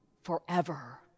forever